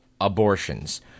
abortions